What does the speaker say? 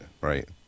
right